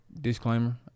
disclaimer